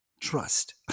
Trust